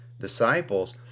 disciples